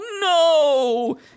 No